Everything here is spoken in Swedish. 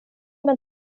men